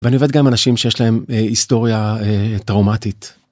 ואני עובד גם עם אנשים שיש להם היסטוריה טראומטית.